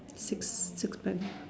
six to panel